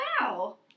Wow